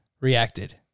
reacted